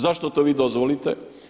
Zašto to vi dozvolite?